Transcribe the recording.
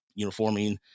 uniforming